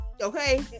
Okay